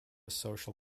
social